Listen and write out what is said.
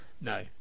No